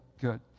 good